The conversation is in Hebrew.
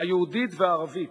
היהודית והערבית,